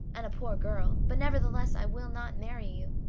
and a poor girl, but, nevertheless, i will not marry you.